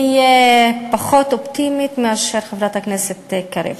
אני פחות אופטימית מאשר חברת הכנסת קריב.